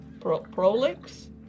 Prolix